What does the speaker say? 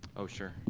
oh, sure.